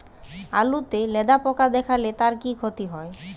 আলুতে লেদা পোকা দেখালে তার কি ক্ষতি হয়?